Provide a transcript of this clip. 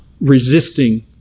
resisting